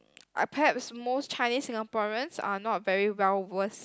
I perhaps most Chinese Singaporean are not very well versed